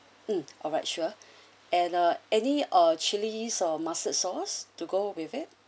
mm alright sure and uh any ah chilies or mustard sauce to go with it